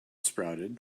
sprouted